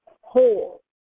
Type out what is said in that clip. whole